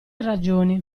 ragioni